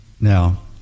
now